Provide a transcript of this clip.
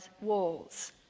walls